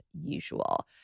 usual